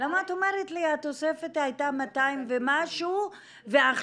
למה את אומרת לי שהתוספת הייתה 200 ומשהו ועכשיו